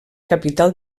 capital